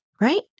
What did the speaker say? right